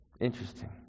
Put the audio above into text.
Interesting